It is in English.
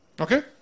Okay